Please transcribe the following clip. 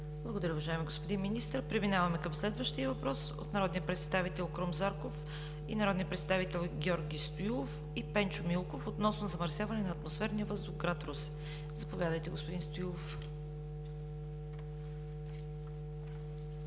Благодаря, уважаеми господин Министър. Преминаваме към следващия въпрос – от народните представители Крум Зарков, Георги Стоилов и Пенчо Милков, относно замърсяване на атмосферния въздух в гр. Русе. Заповядайте, господин Стоилов.